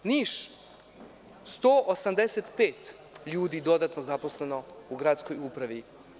U Nišu je 185 ljudi dodatno zaposleno u gradskoj upravi.